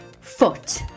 foot